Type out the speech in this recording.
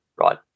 right